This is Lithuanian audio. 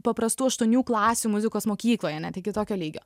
paprastų aštuonių klasių muzikos mokykloje net iki tokio lygio